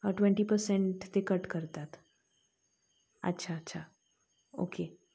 twenty percent ते cut करतात अच्छा अच्छा ओके